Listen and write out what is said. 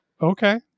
Okay